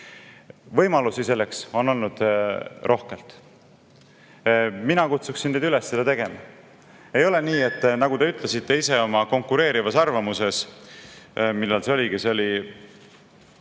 Võimalusi selleks on olnud rohkelt. Mina kutsun teid üles seda tegema. Ei ole nii, nagu te ütlesite ise oma konkureerivas arvamuses. Millal see oligi? See oli,